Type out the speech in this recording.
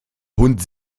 hund